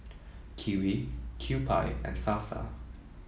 Kiwi Kewpie and Sasa